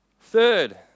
Third